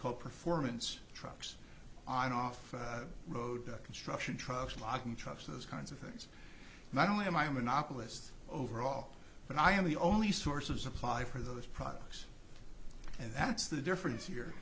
whole performance trucks on off road construction trucks locking trucks those kinds of things not only am i a monopolist overall but i am the only source of supply for those products and that's the difference here